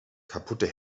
kaputte